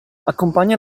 accompagna